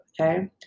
Okay